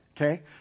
okay